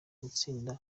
gutsinda